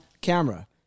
camera